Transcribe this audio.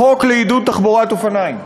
החוק לעידוד תחבורת אופניים.